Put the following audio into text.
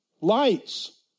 Lights